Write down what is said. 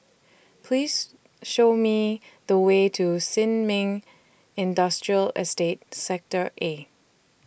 Please Show Me The Way to Sin Ming Industrial Estate Sector A